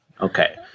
Okay